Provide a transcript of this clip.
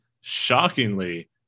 shockingly